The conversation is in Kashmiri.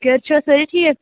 گَرِ چھِوا سأری ٹھیٖک